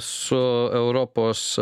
su europos